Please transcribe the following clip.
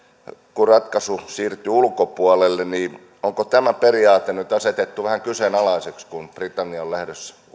kuin ratkaisu siirtyä ulkopuolelle onko tämä periaate nyt asetettu vähän kyseenalaiseksi kun britannia on lähdössä